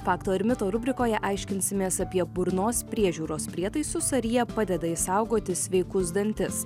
fakto ir mito rubrikoje aiškinsimės apie burnos priežiūros prietaisus ar jie padeda išsaugoti sveikus dantis